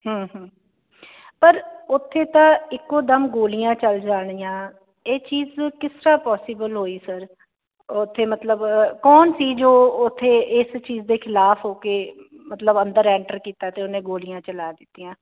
ਪਰ ਉੱਥੇ ਤਾਂ ਇੱਕੋ ਦਮ ਗੋਲੀਆਂ ਚਲ ਜਾਣੀਆ ਇਹ ਚੀਜ਼ ਕਿਸ ਤਰਾਂ ਪੋਸੀਬਲ ਹੋਈ ਸਰ ਓਥੇ ਮਤਲਵ ਕੋਣ ਸੀ ਜੋ ਉੱਤੇ ਇਸ ਚੀਜ਼ ਦੇ ਖਿਲਾਫ ਹੋ ਕੇ ਮਤਲਵ ਅੰਦਰ ਐਟਰ ਕੀਤਾ ਤੇ ਉਹਨੇ ਗੋਲੀਆਂ ਚਲਾ ਦਿੱਤੀਆਂ